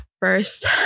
First